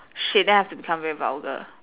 shit then I have to become very vulgar